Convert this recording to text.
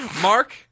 Mark